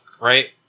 Right